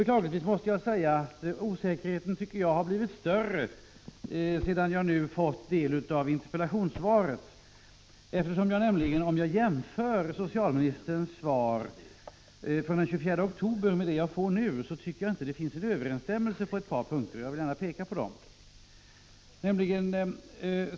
Beklagligtvis måste jag säga att osäkerheten blivit större sedan jag fått del av interpellationssvaret. När jag jämför socialministerns svar på en fråga den 24 oktober med det svar jag nu fått tycker jag att det inte finns överensstämmelse på ett par punkter. Jag vill gärna peka på dessa.